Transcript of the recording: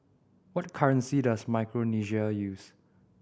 what currency does Micronesia use